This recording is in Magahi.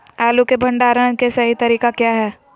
आलू के भंडारण के सही तरीका क्या है?